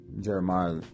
Jeremiah